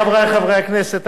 חברי חברי הכנסת,